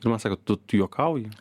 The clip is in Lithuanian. ir man sako tu tu juokauji